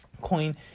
Coin